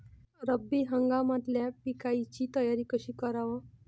रब्बी हंगामातल्या पिकाइची तयारी कशी कराव?